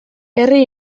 herri